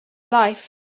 life